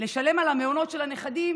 לשלם על המעונות של הנכדים,